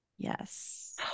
Yes